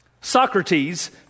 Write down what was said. Socrates